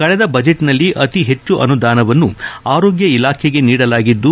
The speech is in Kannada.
ಕಳೆದ ಬಜೆಟ್ನಲ್ಲಿ ಅತಿ ಹೆಚ್ಚು ಅನುದಾನವನ್ನು ಆರೋಗ್ಯ ಇಲಾಖೆಗೆ ನೀಡಲಾಗಿದ್ದು